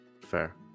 Fair